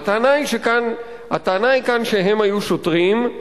הטענה כאן היא שהם היו שוטרים.